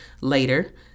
later